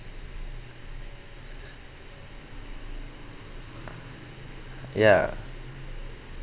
ya